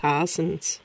Parsons